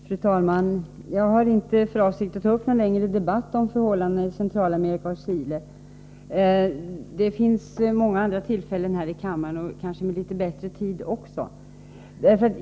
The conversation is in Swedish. Fru talman! Jag har inte för avsikt att ta upp någon längre debatt om förhållandena i Centralamerika och Chile. Det finns många andra tillfällen att göra detta här i kammaren, då vi kanske också har litet bättre tid.